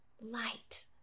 light